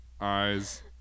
eyes